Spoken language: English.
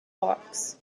box